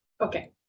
okay